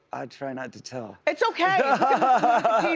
i try not to tell. it's okay, and